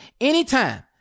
anytime